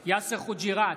בהצבעה יאסר חוג'יראת,